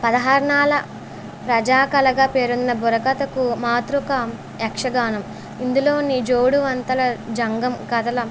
పదాహారణాల ప్రజా కళగా పేరున్న బుర్రకథకు మాతృక యక్షగానం ఇందులోని జోడు వంతల జంగం కథల